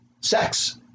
sex